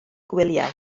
gwyliau